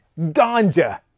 Ganja